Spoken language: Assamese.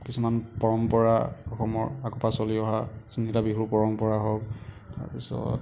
কিছুমান পৰম্পৰাসমূহৰ আগৰ পৰা চলি অহা যোনকেইটা বিহুৰ পৰম্পৰা হওক তাৰপিছত